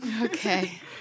Okay